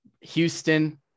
Houston